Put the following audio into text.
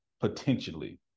potentially